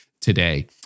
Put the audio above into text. today